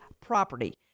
property